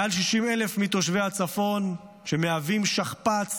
מעל 60,000 מתושבי הצפון מהווים שכפ"ץ